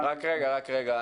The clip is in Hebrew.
זכינו להרבה תקציבים ולמשאבים,